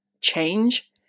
change